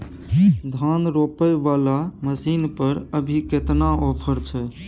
धान रोपय वाला मसीन पर अभी केतना ऑफर छै?